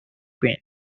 qin